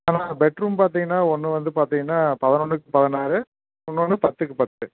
bedroom பார்த்திங்னா ஒன்று வந்து பார்த்திங்னா பதினொன்னுக்கு பதினாறு இன்னொன்று பத்துக்கு பத்து